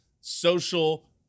Social